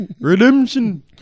Redemption